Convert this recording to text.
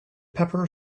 pepper